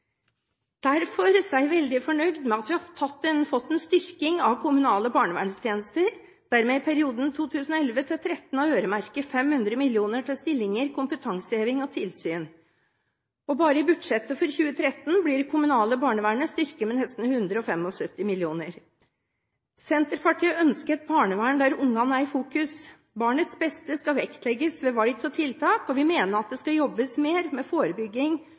Derfor er jeg veldig fornøyd med at vi har fått en styrking av kommunale barnevernstjenester, der vi i perioden 2011 til 2013 har øremerket 500 mill. kr til stillinger, kompetanseheving og tilsyn. Bare i budsjettet for 2013 blir det kommunale barnevernet styrket med nesten 175 mill. kr. Senterpartiet ønsker et barnevern der ungene er i fokus. Barnets beste skal vektlegges ved valg av tiltak, og vi mener at det skal jobbes mer med forebygging